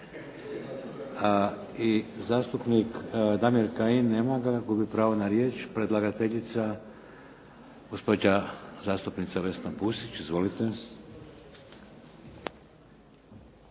I zastupnik Damir Kajin. Nema ga, gubi pravo na riječ. Predlagateljica gospođa zastupnica Vesna Pusić. Izvolite.